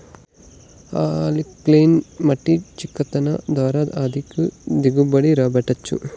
alkaline మట్టి చికిత్స ద్వారా అధిక దిగుబడి రాబట్టొచ్చా